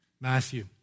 Matthew